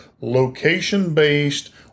location-based